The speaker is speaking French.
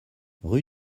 rue